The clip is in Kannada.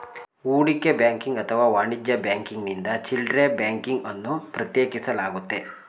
ಹೂಡಿಕೆ ಬ್ಯಾಂಕಿಂಗ್ ಅಥವಾ ವಾಣಿಜ್ಯ ಬ್ಯಾಂಕಿಂಗ್ನಿಂದ ಚಿಲ್ಡ್ರೆ ಬ್ಯಾಂಕಿಂಗ್ ಅನ್ನು ಪ್ರತ್ಯೇಕಿಸಲಾಗುತ್ತೆ